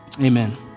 Amen